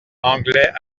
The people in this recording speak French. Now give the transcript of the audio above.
anglais